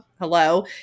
hello